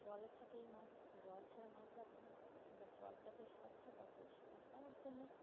জলে থাকেই মাছ জল ছাড়া মাছ বাঁচে না বা জলটাকে স্বচ্ছ বা পরিষ্কার করার জন্যে